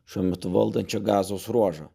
šiuo metu valdančia gazos ruožą